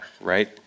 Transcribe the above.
right